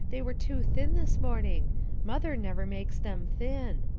they were too thin this morning mother never makes them thin.